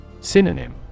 Synonym